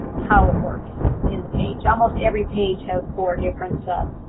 how it works in the page. almost every page has four different ah